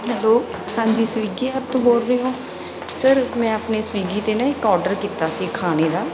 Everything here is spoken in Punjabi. ਹੈਲੋ ਹਾਂਜੀ ਸਵੀਗੀ ਐਪ ਤੋਂ ਬੋਲ ਰਹੇ ਹੋ ਸਰ ਮੈਂ ਆਪਣੇ ਸਵੀਗੀ 'ਤੇ ਨਾ ਇੱਕ ਔਡਰ ਕੀਤਾ ਸੀ ਖਾਣੇ ਦਾ